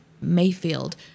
Mayfield